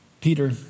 Peter